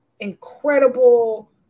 incredible